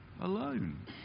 alone